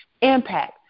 impact